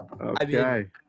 Okay